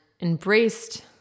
embraced